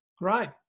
Right